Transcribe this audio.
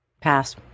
pass